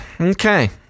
okay